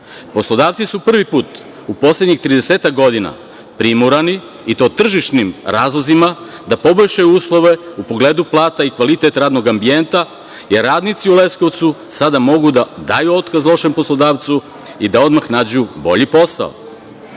Poslodavci su prvi put, u poslednjih tridesetak godina, primorani, i to tržišnim razlozima, da poboljšaju uslove u pogledu plata i kvalitet radnog ambijenta, jer radnici u Leskovcu sada mogu da daju otkaz lošem poslodavcu i da odmah nađu bolji posao. Ovo